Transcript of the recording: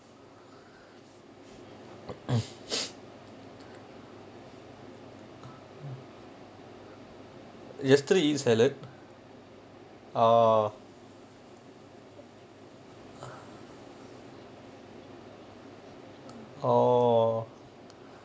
yesterday eat salad ah oh